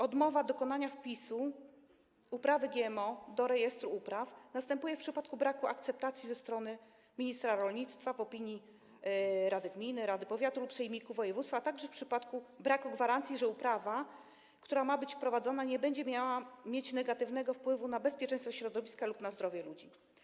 Odmowa dokonania wpisu uprawy GMO do rejestru upraw następuje w przypadku braku akceptacji ze strony ministra rolnictwa, w opinii rady gminy, rady powiatu lub sejmiku województwa, a także w przypadku braku gwarancji, że uprawa, która ma być prowadzona, nie będzie mieć negatywnego wpływu na bezpieczeństwo środowiska lub na zdrowie ludzi.